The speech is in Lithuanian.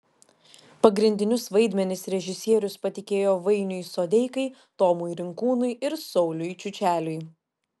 pagrindinius vaidmenis režisierius patikėjo vainiui sodeikai tomui rinkūnui ir sauliui čiučeliui